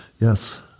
Yes